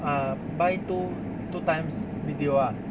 uh buy two two times B_T_O ah